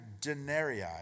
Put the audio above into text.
denarii